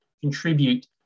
contribute